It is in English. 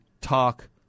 talk